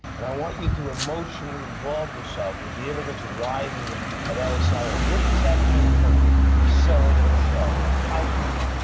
and i want you to emotionally involve yourself with the immigrants arriving at ellis island. what does that mean in terms of selling this show? how can you,